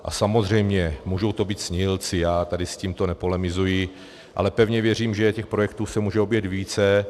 A samozřejmě, mohou to být snílci, já tady s tímto nepolemizuji, ale pevně věřím, že těch projektů se může objevit více.